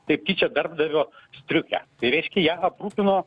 taip tyčia darbdavio striukę tai reiškia ją aprūpino